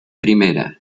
primera